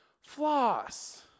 Floss